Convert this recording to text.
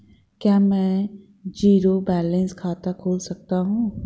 क्या मैं zero balance खाता खोल सकता हूँ?